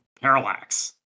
parallax